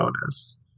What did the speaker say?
bonus